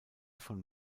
von